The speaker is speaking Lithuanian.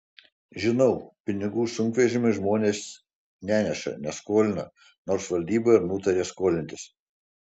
žinau pinigų sunkvežimiui žmonės neneša neskolina nors valdyba ir nutarė skolintis